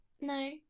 no